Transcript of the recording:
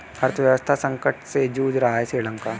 अर्थव्यवस्था संकट से जूझ रहा हैं श्रीलंका